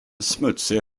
smutsig